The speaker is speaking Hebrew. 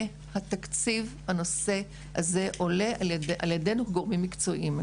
התקציב הנושא הזה עולה על ידינו כגורמים מקצועיים.